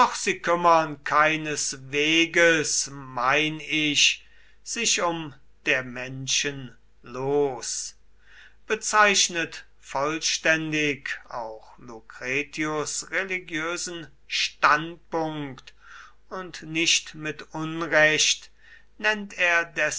kümmern keinesweges mein ich sich um der menschen los bezeichnet vollständig auch lucretius religiösen standpunkt und nicht mit unrecht nennt er